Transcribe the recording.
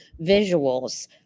Visuals